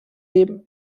leben